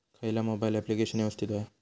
खयचा mobile application यवस्तित होया?